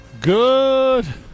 good